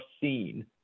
seen